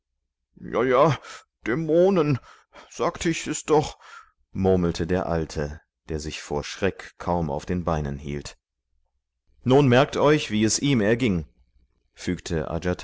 ja ja dämonen sagte ich es doch murmelte der alte der sich vor schreck kaum auf den beinen hielt nun merkt euch wie es ihm erging fügte